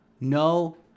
No